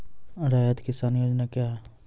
रैयत किसान योजना क्या हैं?